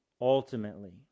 ultimately